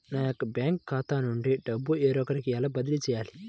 నా యొక్క బ్యాంకు ఖాతా నుండి డబ్బు వేరొకరికి ఎలా బదిలీ చేయాలి?